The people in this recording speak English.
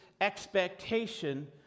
expectation